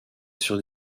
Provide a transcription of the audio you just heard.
sur